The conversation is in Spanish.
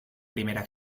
primera